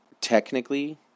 technically